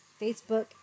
Facebook